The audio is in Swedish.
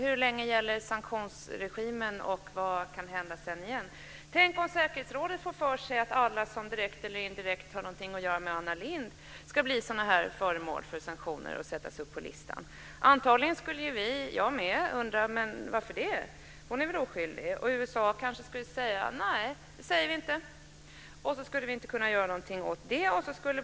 Hur länge gäller sanktionsregimen, och vad kan sedan hända igen? Tänk om säkerhetsrådet får för sig att alla som direkt eller indirekt har något att göra med Anna Lindh ska bli föremål för sanktioner och sättas upp på listan? Antagligen skulle vi alla och jag med undra: Varför det, hon är väl oskyldig? USA kanske skulle säga: Det säger vi inte. Sedan skulle vi inte kunna göra någonting åt det.